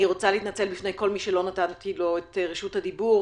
אני רוצה להתנצל בפני כל מי שלא נתתי לו את רשות הדיבור.